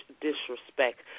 disrespect